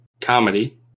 comedy